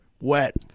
wet